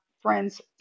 Friends